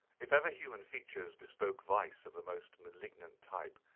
if ever human features bespoke vice of the most malignant type,